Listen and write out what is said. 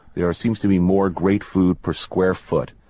there seems to be more great food per square foot,